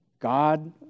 God